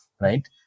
Right